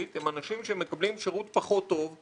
הם אנשים שמקבלים שירות פחות טוב,